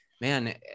man